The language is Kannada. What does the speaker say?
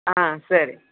ಹಾಂ ಸರಿ